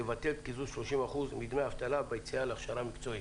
ולבטל את קיזוז 30% מדמי אבטלה ביציאה להכשרה מקצועית.